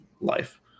life